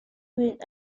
win